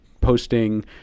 posting